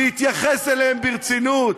להתייחס אליהם ברצינות.